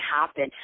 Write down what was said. happen